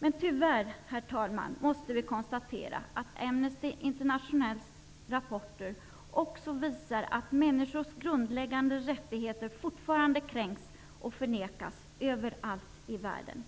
Herr talman! Tyvärr måste vi konstatera att Amnesty internationals rapporter också visar att människors grundläggande rättigheter fortfarande kränks och förnekas överallt i världen.